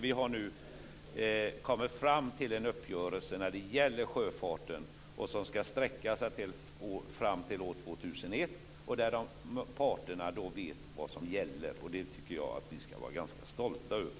Vi har nu kommit fram till en uppgörelse när det gäller sjöfarten som skall sträcka sig fram till år 2001 där parterna vet vad som gäller. Det tycker jag att vi skall vara ganska stolta över.